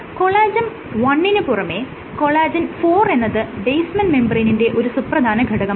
collagen I ന് പുറമെ collagen IV എന്നത് ബേസ്മെൻറ് മെംബ്രേയ്നിന്റെ ഒരു സുപ്രധാന ഘടകമാണ്